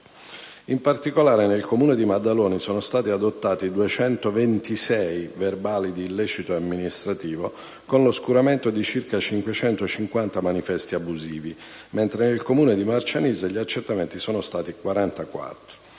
In particolare, nel Comune di Maddaloni sono stati adottati 226 verbali di illecito amministrativo, con l'oscuramento di circa 550 manifesti abusivi, mentre nel Comune di Marcianise gli accertamenti sono stati 44.